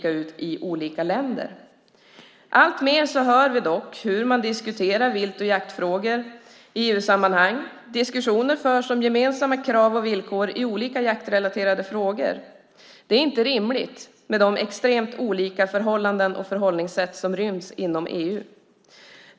Alltmer hör vi dock hur man diskuterar vilt och jaktfrågor i EU-sammanhang, och diskussioner förs om gemensamma krav och villkor i olika jaktrelaterade frågor. Det är inte rimligt med de extremt olika förhållanden och förhållningssätt som ryms inom EU.